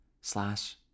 slash